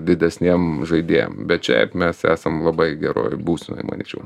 didesniem žaidėjam bet šiaip mes esam labai geroj būsenoj manyčiau